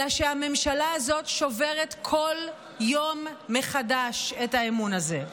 אלא שהממשלה הזו שוברת כל יום מחדש את האמון הזה.